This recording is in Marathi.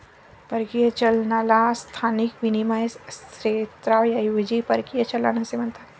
परकीय चलनाला स्थानिक विनिमय क्षेत्राऐवजी परकीय चलन असे म्हणतात